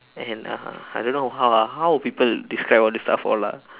and uh I don't know how ah how would people describe all these stuff all ah